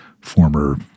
former